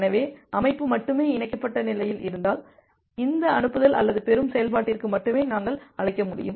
எனவே அமைப்பு மட்டுமே இணைக்கப்பட்ட நிலையில் இருந்தால் இந்த அனுப்புதல் அல்லது பெறும் செயல்பாட்டிற்கு மட்டுமே நாங்கள் அழைக்க முடியும்